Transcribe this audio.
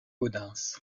gaudens